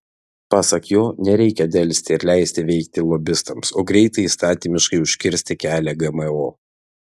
pasak jo nereikia delsti ir leisti veikti lobistams o greitai įstatymiškai užkirsti kelią gmo